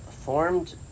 formed